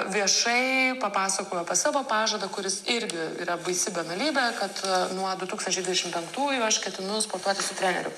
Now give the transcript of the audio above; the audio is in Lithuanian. viešai papasakojau apie savo pažadą kuris irgi yra baisi banalybė kad nuo du tūkstančiai dvidešim penktųjų aš ketinu sportuoti su treneriu